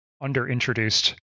under-introduced